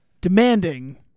demanding